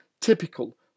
Typical